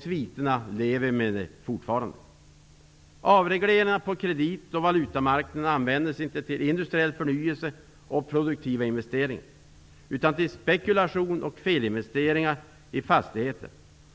Sviterna lever vi med fortfarande. Avregleringarna på kredit och valutamarknaden användes inte till industriell förnyelse och produktiva investeringar, utan till spekulation och felinvesteringar i fastigheter.